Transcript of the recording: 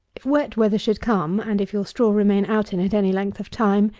if wet weather should come, and if your straw remain out in it any length of time,